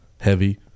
heavy